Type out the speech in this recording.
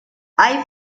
hay